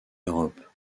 europe